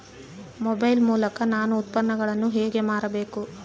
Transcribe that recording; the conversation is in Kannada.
ಮೊಬೈಲ್ ಮೂಲಕ ನಾನು ಉತ್ಪನ್ನಗಳನ್ನು ಹೇಗೆ ಮಾರಬೇಕು?